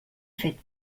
fet